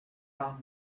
come